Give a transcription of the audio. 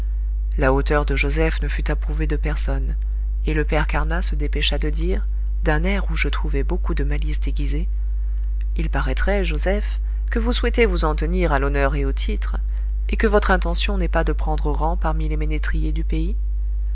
la hauteur de joseph ne fut approuvée de personne et le père carnat se dépêcha de dire d'un air où je trouvai beaucoup de malice déguisée il paraîtrait joseph que vous souhaitez vous en tenir à l'honneur et au titre et que votre intention n'est pas de prendre rang parmi les ménétriers du pays